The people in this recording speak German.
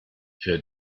für